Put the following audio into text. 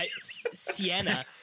Sienna